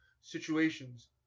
situations